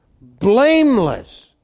Blameless